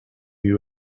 you